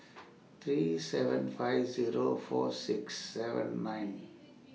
three seven five Zero four six seven nine